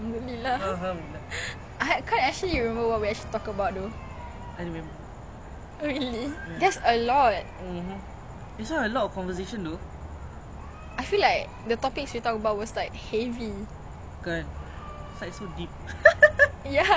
same like like rilek-rilek ya ya macam sendu ours apa sia minah-minah ni